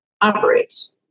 operates